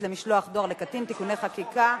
למשלוח דואר לקטין (תיקוני חקיקה).